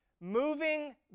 moving